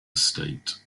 estate